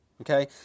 Okay